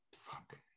Fuck